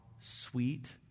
sweet